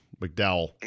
McDowell